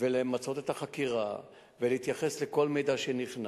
ולמצות את החקירה ולהתייחס לכל מידע שנכנס.